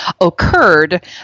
occurred